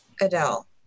Adele